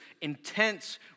intense